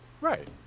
Right